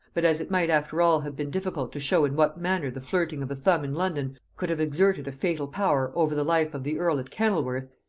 but as it might after all have been difficult to show in what manner the flirting of a thumb in london could have exerted a fatal power over the life of the earl at kennelworth,